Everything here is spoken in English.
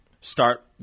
start